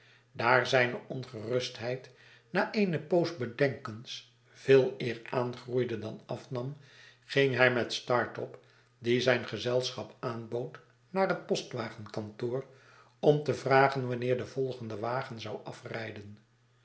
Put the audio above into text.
daar zijne ongerustheid na eene poos bedenkens veeleer aangroeide dan afnam ging hij met startop die zijn gezelschap aanbood naar hetpostwagenkantoor om te vragen wanneer de volgende wagen zou afrijden